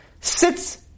sits